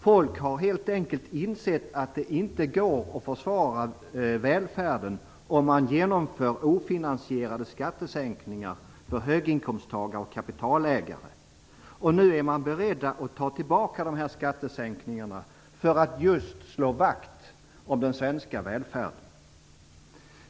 Folk har helt enkelt insett att det inte går att försvara välfärden om man genomför ofinansierade skattesänkningar för höginkomsttagare och kapitalägare, och nu är man beredd att ta tillbaka dessa skattesänkningar för att just slå vakt om den svenska välfärden.